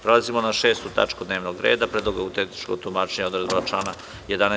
Prelazimo na 6. tačku dnevnog reda – PREDLOG AUTENTIČNOG TUMAČENjA ODREDABA ČLANA 11.